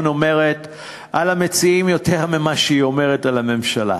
אומרת על המציעים יותר ממה שהיא אומרת על הממשלה,